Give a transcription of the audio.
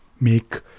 make